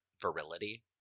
virility